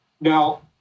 Now